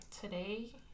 today